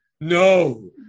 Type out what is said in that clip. No